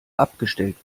abgestellt